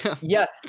Yes